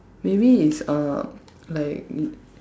maybe it's uh like